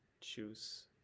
choose